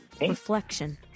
Reflection